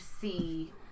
see